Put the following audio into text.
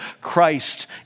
Christ